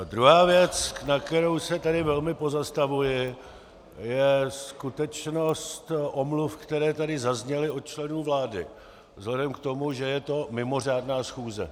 Druhá věc, nad kterou se tady velmi pozastavuji, je skutečnost omluv, které tady zazněly od členů vlády, vzhledem k tomu, že je to mimořádná schůze.